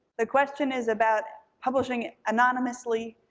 the question is about publishing anonymously,